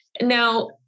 Now